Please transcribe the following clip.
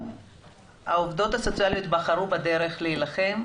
העובדות הסוציאליות בחרו את הדרך להילחם,